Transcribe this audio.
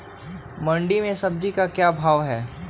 मंडी में सब्जी का क्या भाव हैँ?